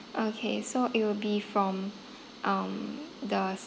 okay so it will be from um the